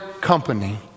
company